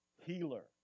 healer